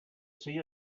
see